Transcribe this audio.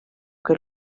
que